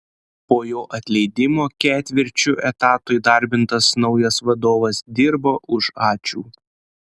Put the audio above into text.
po jo atleidimo ketvirčiu etato įdarbintas naujas vadovas dirbo už ačiū